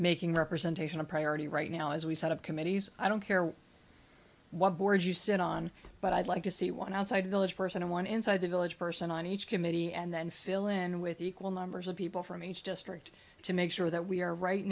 making representation a priority right now as we set up committees i don't care what board you sit on but i'd like to see one outside a village person one inside the village person on each committee and then fill in with equal numbers of people from each district to make sure that we are right